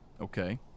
Okay